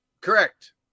Correct